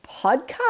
podcast